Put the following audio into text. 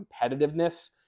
competitiveness